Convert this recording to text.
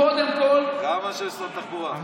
קודם כול, גם אנשי משרד התחבורה.